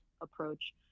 approach